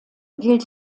gilt